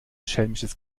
schelmisches